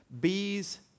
bees